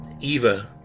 Eva